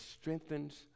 strengthens